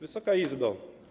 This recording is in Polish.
Wysoka Izbo!